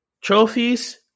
trophies